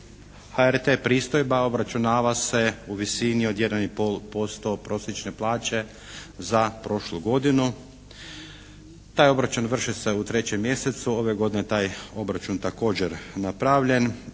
HRT pristojba obračunava se u visini od 1 i pol posto od prosjećne plaće za prošlu godinu. Taj obračun vrši se u trećem mjesecu. Ove godine taj obračun također napravljen.